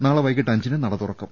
നാളെ വൈകീട്ട് അഞ്ചിന് നട തുറക്കും